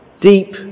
Deep